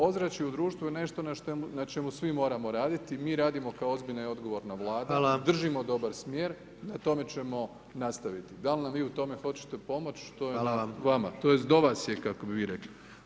Ozračje u društvu je nešto na čemu svi moramo raditi, mi radimo kao ozbiljan i odgovorna Vlada [[Upadica: Hvala.]] držimo dobar smjer na tome ćemo nastaviti, da li nam vi u tome hoćete pomoć [[Upadica: Hvala vam.]] tj. do vas je kako bi vi rekli.